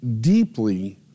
deeply